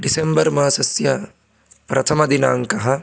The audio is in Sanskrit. डिसेम्बर् मासस्य प्रथमदिनाङ्कः